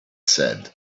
said